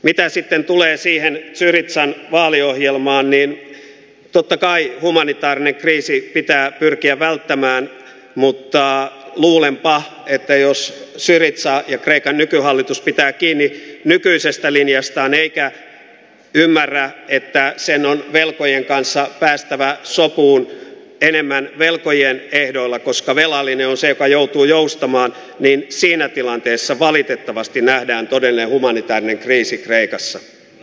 mitä sitten tulee siihen syrizan vaaliohjelmaan niin totta kai humanitaarinen kriisi pitää pyrkiä välttämään mutta luulenpa että jos syriza ja kreikan nykyhallitus pitää kiinni nykyisestä linjastaan eikä ymmärrä että sen on velkojien kanssa päästävä sopuun enemmän velkojien ehdoilla koska velallinen on se joka joutuu joustamaan niin siinä tilanteessa valitettavasti nähdään todellinen humanitaarinen kriisi kreikassa